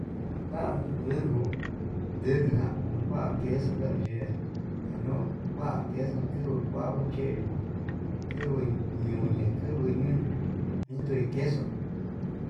Kuan ndenguu, ndenguna no'o kua queso, ndanuu ye'e kua queso kiu kua cheyuu keboi ñuñe, keboi unño'o ndundei queso.